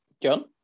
John